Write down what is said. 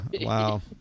wow